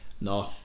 No